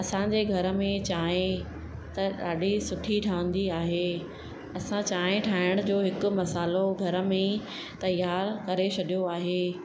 असांजे घर में चांहि त ॾाढी सुठी ठहंदी आहे असां चांहि ठाहिण जो हिकु मसालो घर में ई तयार करे छॾियो आहे